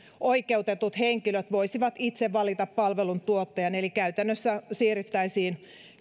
oikeutetut henkilöt voisivat itse valita palveluntuottajan eli käytännössä siirryttäisiin